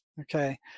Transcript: Okay